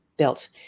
built